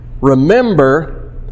remember